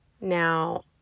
now